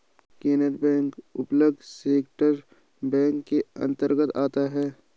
Canara bank public sector bank के अंतर्गत आता है